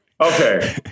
Okay